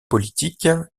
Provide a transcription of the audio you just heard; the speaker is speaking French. politique